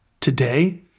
today